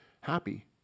happy